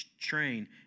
train